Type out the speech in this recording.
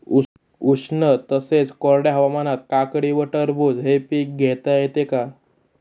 उष्ण तसेच कोरड्या हवामानात काकडी व टरबूज हे पीक घेता येते का?